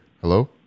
Hello